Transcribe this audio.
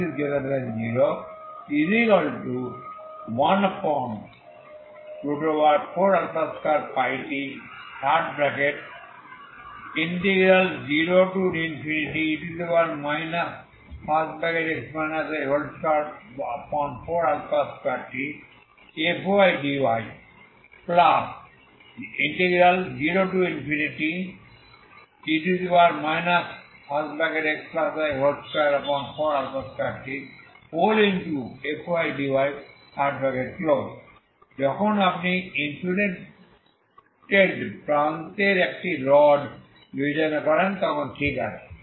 x014α2πt0e 242tfdy0e xy242tfdy যখন আপনি insulated প্রান্তের একটি রড বিবেচনা করেন ঠিক আছে